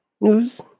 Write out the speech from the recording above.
news